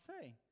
say